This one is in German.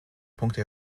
punkte